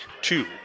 two